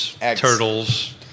turtles